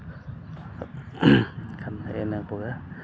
ᱮᱱᱠᱷᱟᱱ ᱤᱱᱟᱹ ᱠᱚᱜᱮ